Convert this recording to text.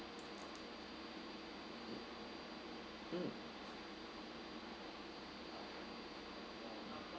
mm